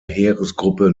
heeresgruppe